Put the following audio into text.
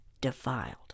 defiled